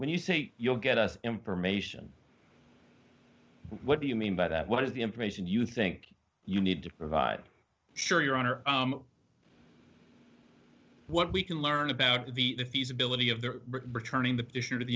when you say you'll get us information what do you mean by that what is the information you think you need to provide it sure your honor what we can learn about the feasibility of the returning the petitioner to the